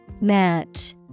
match